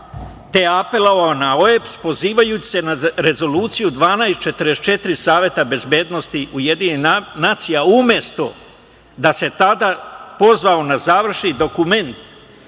je apelovao na OEBS pozivajući se na Rezoluciju 1244. Saveta bezbednosti UN, umesto da se tada pozvao na završni dokument